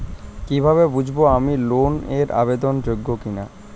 কীভাবে বুঝব আমি লোন এর আবেদন যোগ্য কিনা?